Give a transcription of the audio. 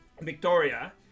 victoria